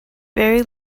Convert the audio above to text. very